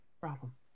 Problem